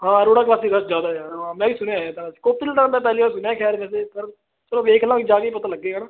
ਹਾਂ ਅਰੋੜਾ ਕਲਾਸਿਸ ਵੈਸੇ ਜ਼ਿਆਦਾ ਹੈ ਯਾਰ ਹਾਂ ਮੈਂ ਵੀ ਸੁਣਿਆ ਇਹ ਤਾਂ ਕੋਪਿਲ ਦਾ ਨਾਂ ਪਹਿਲੀ ਵਾਰ ਸੁਣਿਆ ਮੈਂ ਖੈਰ ਵੈਸੇ ਪਰ ਚਲੋ ਵੇਖ ਲਵਾਂਗੇ ਜਾ ਕੇ ਈ ਪਤਾ ਲੱਗੇਗਾ ਹੈ ਨਾ